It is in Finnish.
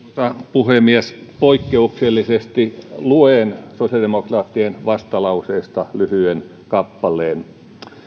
puhemies poikkeuksellisesti luen sosiaalidemokraattien vastalauseesta lyhyen kappaleen